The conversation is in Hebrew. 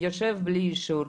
יושב בלי אישור,